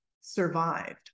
survived